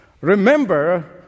Remember